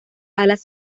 alas